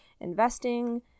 investing